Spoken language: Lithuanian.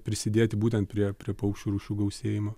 prisidėti būtent prie prie paukščių rūšių gausėjimo